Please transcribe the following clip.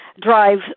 drive